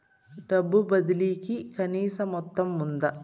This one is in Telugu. డబ్బు బదిలీ కి కనీస మొత్తం ఉందా?